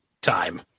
time